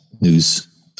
news